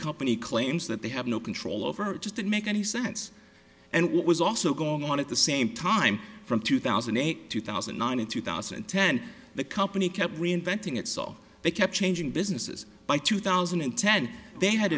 company claims that they have no control over it just didn't make any sense and what was also going on at the same time from two thousand and eight two thousand and nine and two thousand and ten the company kept reinventing itself they kept changing businesses by two thousand and ten they had